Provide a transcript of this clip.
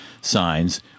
signs